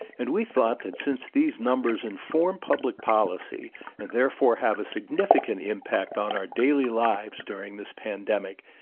and we thought that since these numbers inform public policy and therefore have a significant impact on our daily lives during this pandemic,